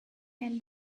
and